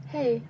Hey